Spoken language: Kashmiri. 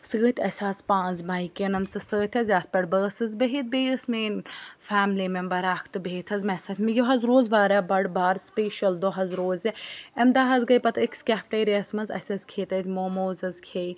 سۭتۍ اسہِ آسہٕ پانٛژھ بایکہِ نمژٕ سۭتۍ حظ یَتھ پٮ۪ٹھ بہٕ ٲسٕس بہِتھ بیٚیہِ ٲس میٛٲنۍ فیملی میٚمبر اَکھ تہٕ بِہِتھ حظ مےٚ سۭتۍ یہِ حظ روٗز واریاہ بَڑٕ بار سٕپیشَل دۄہ حظ روزِ یہِ اَمہِ دۄہ حظ گٔے پَتہٕ أکِس کیفٹیریاہَس منٛز اسہِ حظ کھیٚے تَتہِ موموز حظ کھیٚے